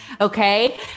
okay